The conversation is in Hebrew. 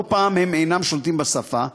לא פעם הם אינם שולטים בשפה,